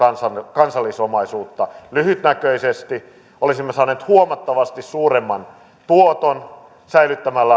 kansallisomaisuutta lyhytnäköisesti olisimme saaneet huomattavasti suuremman tuoton säilyttämällä